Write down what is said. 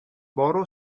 borrow